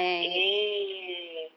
eh